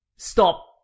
Stop